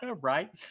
Right